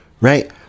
right